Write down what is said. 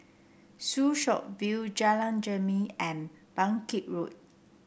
Soo Chow View Jalan Jermin and Bangkit Road